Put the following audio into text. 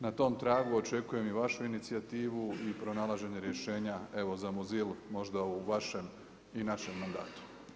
Na tom tragu očekujem i vašu inicijativnu i pronalaženje rješenja evo za mozilu, možda u vašem i našem mandatu.